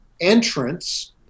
entrance